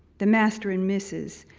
the master and missus,